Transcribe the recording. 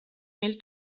mil